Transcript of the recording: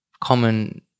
Common